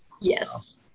Yes